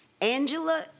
Angela